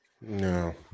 No